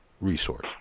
resource